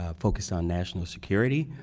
ah focused on national security,